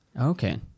okay